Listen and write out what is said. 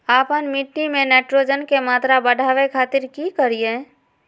आपन मिट्टी में नाइट्रोजन के मात्रा बढ़ावे खातिर की करिय?